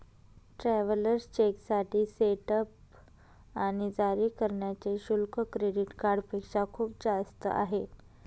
travellers चेकसाठी setup आणि जारी करण्याचे शुल्क क्रेडिट कार्डपेक्षा खूप जास्त आहे